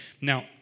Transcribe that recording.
Now